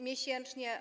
Miesięcznie.